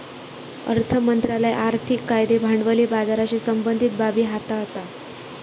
अर्थ मंत्रालय आर्थिक कायदे भांडवली बाजाराशी संबंधीत बाबी हाताळता